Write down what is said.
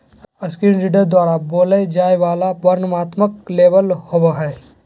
screen reader द्वारा बोलय जाय वला वर्णनात्मक लेबल होबो हइ